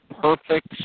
perfect